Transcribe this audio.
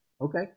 okay